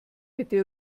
bitte